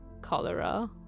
cholera